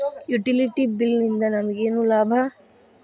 Utility bill ನಿಂದ್ ನಮಗೇನ ಲಾಭಾ?